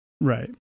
Right